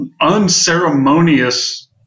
unceremonious